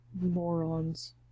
morons